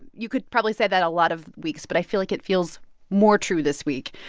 you could probably say that a lot of weeks. but i feel like it feels more true this week.